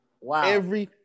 Wow